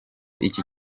iki